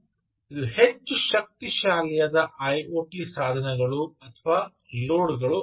ಇವು ಹೆಚ್ಚು ಶಕ್ತಿಶಾಲಿಯಾದ ಐಒಟಿ ಸಾಧನಗಳುಲೋಡ್ಗಳು ಆಗಿವೆ